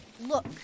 Look